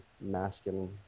masculine